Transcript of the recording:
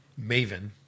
Maven